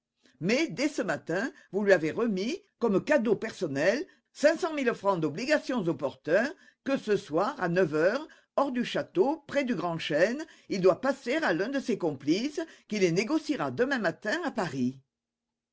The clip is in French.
mais dès ce matin vous lui avez remis comme cadeau personnel cinq cent mille francs d'obligations au porteur que ce soir à neuf heures hors du château près du grand chêne il doit passer à l'un de ses complices qui les négociera demain matin à paris